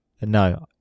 No